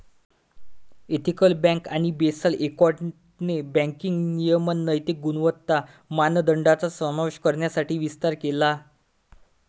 ethical bank आणि Basel एकॉर्डने banking नियमन नैतिक गुणवत्ता मानदंडांचा समावेश करण्यासाठी विस्तार केला